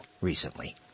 recently